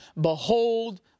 behold